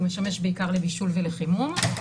הוא משמש בעיקר לבישול ולחימום.